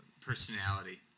personality